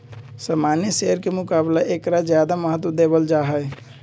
सामान्य शेयर के मुकाबला ऐकरा ज्यादा महत्व देवल जाहई